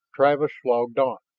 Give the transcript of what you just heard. travis slogged on.